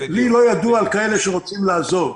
לי לא ידוע על כאלה שרוצים לעזוב.